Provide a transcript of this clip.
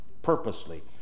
Purposely